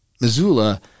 Missoula